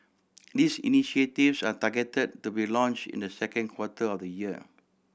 these initiatives are targeted to be launched in the second quarter of the year